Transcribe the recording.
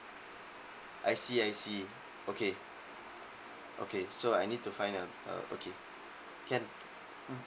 I see I see okay okay so I need to find uh uh okay can mm